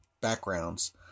backgrounds